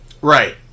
Right